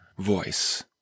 voice